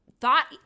thought